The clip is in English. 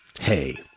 hey